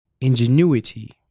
ingenuity